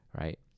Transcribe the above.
right